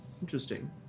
interesting